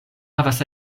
havas